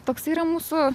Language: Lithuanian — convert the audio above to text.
toks yra mūsų